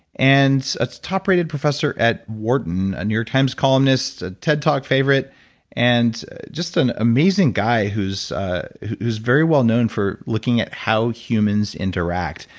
and a top-rated professor at wharton, a new york times columnist, a ted talk favorite and just an amazing guy who's who's very well known for looking at how humans interact.